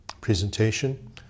presentation